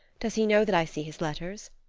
does he know that i see his letters?